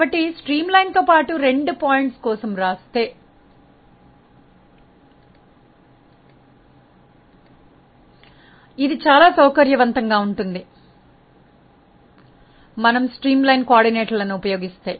కాబట్టి స్ట్రీమ్లైన్ తో పాటు 2 పాయింట్స్ కోసం వ్రాస్తే ఇది చాలా సౌకర్యవంతంగా ఉంటుంది మనము స్ట్రీమ్లైన్ కోఆర్డినేట్ లను ఉపయోగిస్తే